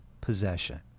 possession